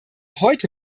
heute